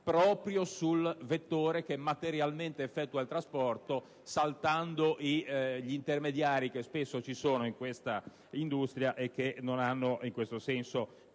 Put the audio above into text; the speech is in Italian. proprio sul vettore che materialmente effettua il trasporto, saltando gli intermediari che spesso ci sono in questa industria e che non hanno in questo senso